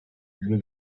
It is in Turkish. günü